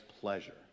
pleasure